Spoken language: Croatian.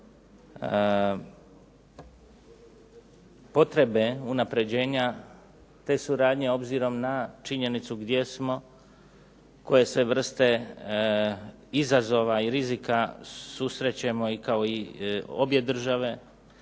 potrebe unapređenja te suradnje obzirom na činjenicu gdje smo, koje sve vrste izazova i rizika susrećemo i kao obje države